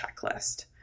checklist